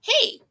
Hey